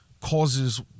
causes